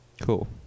Cool